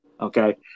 okay